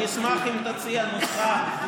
אני אשמח אם תציע נוסחה,